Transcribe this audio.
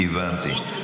הסמכות מוקנית --- הבנתי.